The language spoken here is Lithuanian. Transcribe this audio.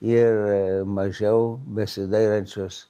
ir mažiau besidairančios